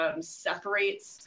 separates